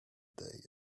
day